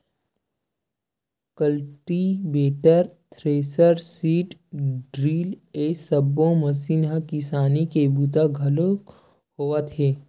cultivator, thresher, seed drill ए सब्बो machine म किसानी के बूता घलोक होवत हे